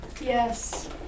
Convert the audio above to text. Yes